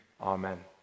Amen